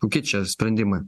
kokie čia sprendimai